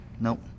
Nope